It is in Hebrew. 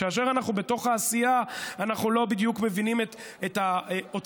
כאשר אנחנו בתוך העשייה אנחנו לא בדיוק מבינים את העוצמה